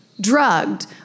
drugged